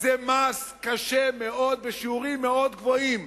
זה מס קשה מאוד, בשיעורים מאוד גבוהים,